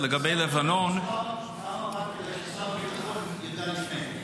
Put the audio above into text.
--- בפעם הבאה כדאי ששר הביטחון ידע לפני.